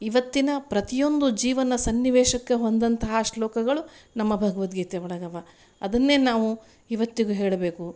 ಇವತ್ತಿನ ಪ್ರತಿಯೊಂದು ಜೀವನ ಸನ್ನಿವೇಶಕ್ಕೆ ಹೊಂದಂತಹ ಶ್ಲೋಕಗಳು ನಮ್ಮ ಭಗವದ್ಗೀತೆ ಒಳಗಿವೆ ಅದನ್ನೇ ನಾವು ಇವತ್ತಿಗು ಹೇಳಬೇಕು